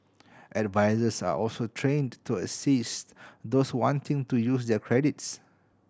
advisers are also trained to assist those wanting to use their credits